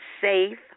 safe